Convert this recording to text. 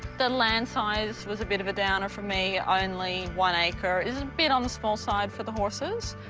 the land size was a bit of a downer for me. only one acre is a bit on the small side for the horses,